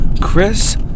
chris